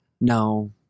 no